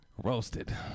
roasted